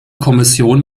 kommission